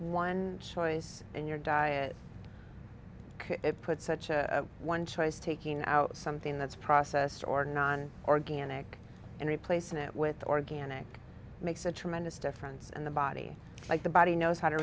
one choice in your diet put such a one choice taking out something that's processed or non organic and replace it with organic makes a tremendous difference and the body like the body knows how to